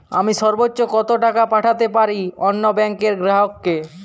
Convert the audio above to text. আমি সর্বোচ্চ কতো টাকা পাঠাতে পারি অন্য ব্যাংকের গ্রাহক কে?